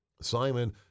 Simon